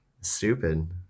Stupid